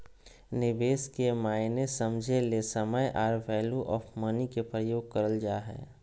निवेश के मायने समझे ले समय आर वैल्यू ऑफ़ मनी के प्रयोग करल जा हय